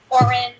orange